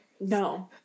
No